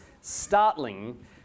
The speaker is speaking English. startling